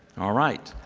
all right.